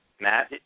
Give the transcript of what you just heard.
Matt